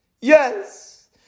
yes